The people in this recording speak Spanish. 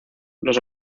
los